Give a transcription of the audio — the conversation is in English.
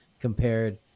compared